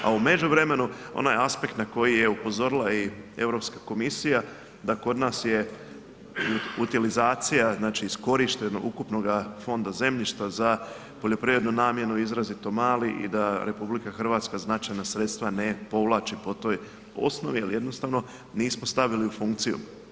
A u međuvremenu onaj aspekt na koji je upozorila i EU komisija da kod nas je utilizacija, znači iskorišteno ukupnoga fonda zemljišta za poljoprivrednu namjenu izrazito mali i da RH značajna sredstva ne povlači po toj osnovi jer jednostavno nismo stavili u funkciju.